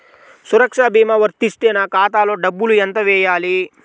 సురక్ష భీమా వర్తిస్తే నా ఖాతాలో డబ్బులు ఎంత వేయాలి?